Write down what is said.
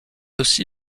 aussi